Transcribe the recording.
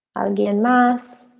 getting my.